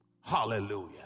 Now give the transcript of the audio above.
hallelujah